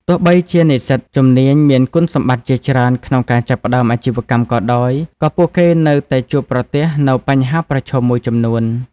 ទោះបីជានិស្សិតជំនាញមានគុណសម្បត្តិជាច្រើនក្នុងការចាប់ផ្ដើមអាជីវកម្មក៏ដោយ ក៏ពួកគេនៅតែជួបប្រទះនូវបញ្ហាប្រឈមមួយចំនួន។